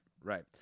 Right